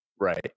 Right